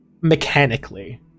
mechanically